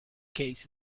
case